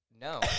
No